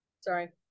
Sorry